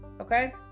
Okay